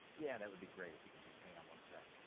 yeah, that would be great, if you can just hang on one sec.